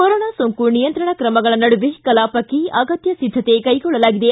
corona ಸೋಂಕು ನಿಯಂತ್ರಣ ತ್ರಮಗಳ ನಡುವೆ ಕಲಾಪಕ್ಕೆ ಅಗತ್ಯ ಸಿದ್ದತೆ ಕೈಗೊಳ್ಳಲಾಗಿದೆ